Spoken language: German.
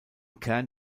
kern